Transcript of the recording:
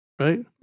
right